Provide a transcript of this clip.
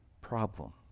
problem